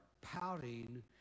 pouting